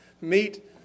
meet